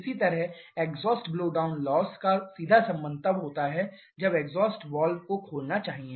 इसी तरह exhaust blow down loss का सीधा संबंध तब होता है जब एग्जॉस्ट वाल्व को खोलना चाहिए